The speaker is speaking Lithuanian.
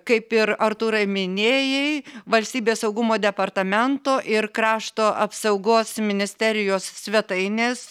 kaip ir artūrai minėjai valstybės saugumo departamento ir krašto apsaugos ministerijos svetainės